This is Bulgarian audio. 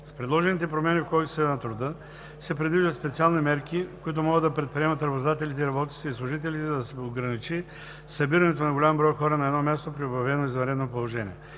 С предложените промени в Кодекса на труда се предвиждат специални мерки, които могат да предприемат работодателите и работниците и служителите, за да се ограничи събирането на голям брой хора на едно място при обявено извънредно положение.